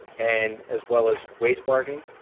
and as well as wage bargaining.